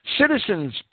Citizens